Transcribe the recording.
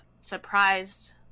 surprised